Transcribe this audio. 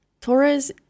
Taurus